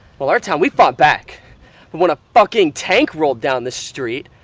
well our town, we fought back! but when a fucking tank rolled down the street,